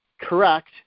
correct